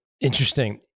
Interesting